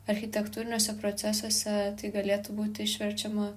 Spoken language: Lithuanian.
architektūriniuose procesuose tai galėtų būti išverčiama